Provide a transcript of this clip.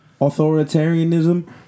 authoritarianism